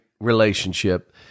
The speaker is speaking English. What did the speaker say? relationship